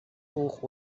hoch